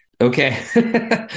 okay